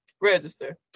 register